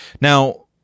Now